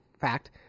fact